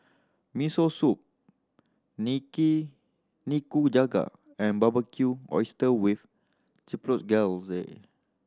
Miso Soup Nikujaga and Barbecued Oyster with Chipotle